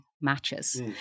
matches